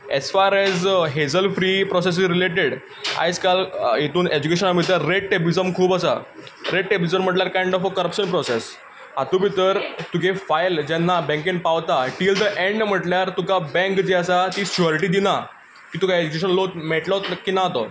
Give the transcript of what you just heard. as far as hassle free process is related आयज काल इंतून एज्युकेशना भितर रेड टॅपिजम खूब आसा रेड टॅपिजम म्हणल्यार kind of a corruption process हातूंत भितर तुगे फायल जेन्ना बॅंकेंत पावता टील द एन्ड म्हटल्यार तुका बॅंक जी आसा श्युअरिटी दिना की तुका एज्युकेशन लोन मेळटलोच की ना तो